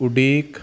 ਉਡੀਕ